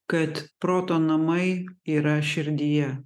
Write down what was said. kad proto namai yra širdyje